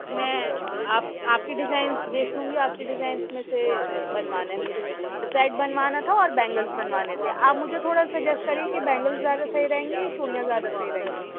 میں آپ آپ کی ڈیزائنس دیکھ لونگی آپ کی ڈیزائنس میں سے بنوانا ہے مجھے سیٹ بنوانا تھا اور بینگلس بنوانے تھے آپ مجھے تھوڑا سجیسٹ کریں کہ بینگلس زیادہ صحیح رہیں گے یا چوڑیاں زیادہ صحیح رہیں گی